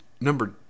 Number